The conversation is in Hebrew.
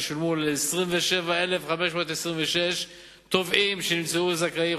ששולם ל-27,526 תובעים שנמצאו זכאים,